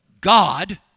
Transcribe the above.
God